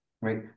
right